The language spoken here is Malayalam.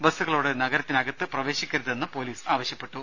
ബസുകളോട് നഗരത്തിനകത്ത് പ്രവേശിക്കരുതെന്ന് പോലീസ് ആവശ്യപ്പെട്ടു